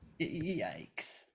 Yikes